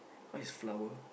oh it's flower